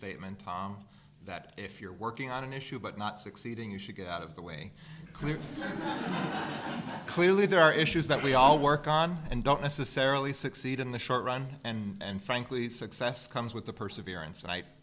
statement tom that if you're working on an issue but not succeeding you should get out of the way clear clearly there are issues that we all work on and don't necessarily succeed in the short run and frankly success comes with the perseverance